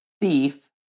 thief